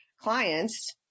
clients